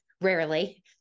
rarely